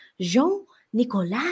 Jean-Nicolas